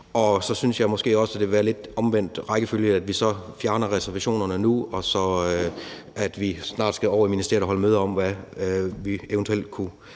Jeg synes måske også, at det vil være lidt omvendt rækkefølge, at vi så fjerner reservationerne nu og så snart skal over i ministeriet og holde møder om, hvad vi eventuelt kunne